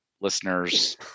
listeners